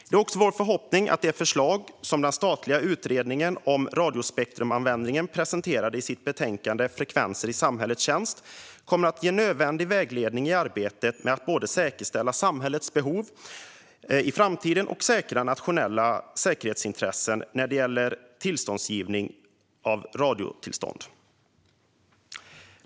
Det är vår förhoppning att de förslag som den statliga utredningen om radiospektrumanvändning presenterade i sitt betänkande Frekvenser i samhällets tjänst kommer att ge nödvändig vägledning i arbetet med att både säkerställa samhällets behov av spektrum i framtiden och stärka nationella säkerhetsintressen när det gäller tillståndsgivning för radiosändning.